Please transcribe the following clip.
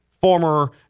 former